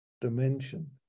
dimension